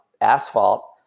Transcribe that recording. asphalt